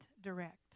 direct